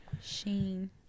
sheen